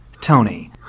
tony